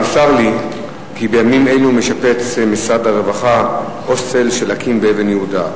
נמסר לי כי בימים אלו משפץ משרד הרווחה הוסטל של אקי"ם באבן-יהודה.